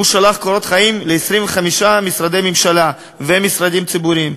הוא שלח קורות חיים ל-25 משרדי ממשלה ומשרדים ציבוריים,